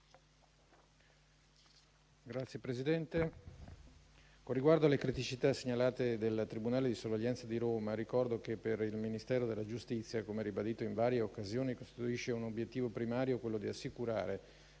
senatori, con riguardo alle criticità segnalate dal tribunale di sorveglianza di Roma, ricordo che per il Ministero della giustizia - come ribadito in varie occasioni - costituisce un obiettivo primario assicurare